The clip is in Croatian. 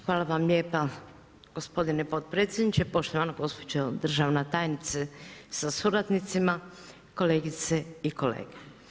Hvala lijepo gospodine potpredsjedniče, poštovana gospođo državna tajnice sa suradnicima, kolegice i kolege.